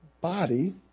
body